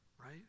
right